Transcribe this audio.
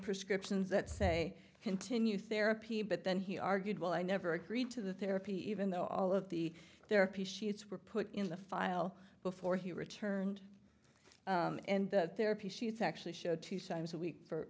prescriptions that say continue therapy but then he argued well i never agreed to the therapy even though all of the their piece sheets were put in the file before he returned and that their p c s actually show two times a week for